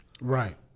Right